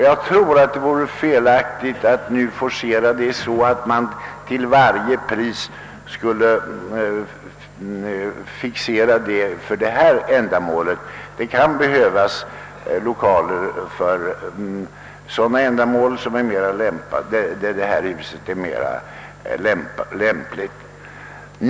Jag tror att det vore felaktigt att nu forcera denna fråga, så att man till varje pris reserverar byggnaden just för här ifrågavarande ändamål. Vi kan komma att behöva lokalerna till ändamål, för vilka huset är ännu mer lämpligt.